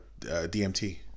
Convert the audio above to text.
DMT